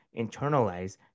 internalize